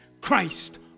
Christ